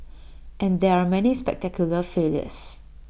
and there are many spectacular failures